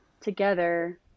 together